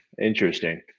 Interesting